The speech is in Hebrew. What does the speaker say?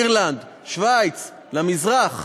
אירלנד, שווייץ, למזרח.